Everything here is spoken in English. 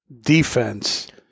defense